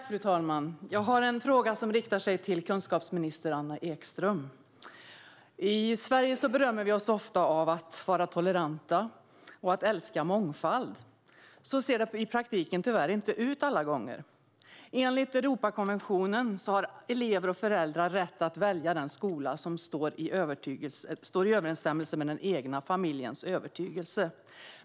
Fru talman! Jag har en fråga till kunskapsminister Anna Ekström. I Sverige berömmer vi oss ofta av att vara toleranta och av att älska mångfald. Men så ser det tyvärr inte alla gånger ut i praktiken. Enligt Europakonventionen har elever och föräldrar rätt att välja den skola som står i överensstämmelse med den egna familjens övertygelse.